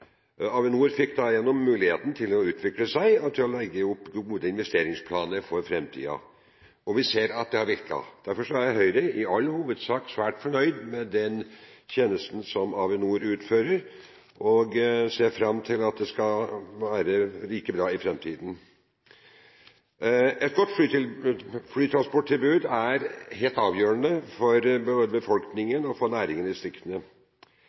Avinor fikk da muligheten til å utvikle seg og legge gode investeringsplaner for framtiden. Vi ser at det har virket. Derfor er Høyre i all hovedsak svært fornøyd med den tjenesten som Avinor utfører, og ser fram til at det skal være like bra i framtiden. Et godt flytransporttilbud er helt avgjørende for befolkningen og næringen i distriktene.